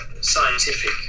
scientific